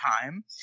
time